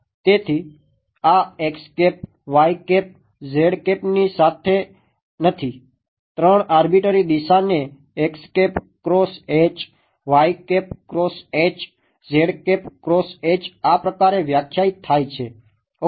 તેથી આ ની સાથે દિશાને આ પ્રકારે વ્યાખ્યાયિત થાય છે ઓકે